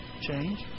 change